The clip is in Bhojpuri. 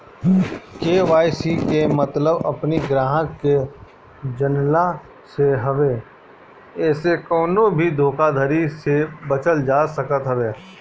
के.वाई.सी के मतलब अपनी ग्राहक के जनला से हवे एसे कवनो भी धोखाधड़ी से बचल जा सकत हवे